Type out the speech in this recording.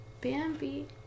Bambi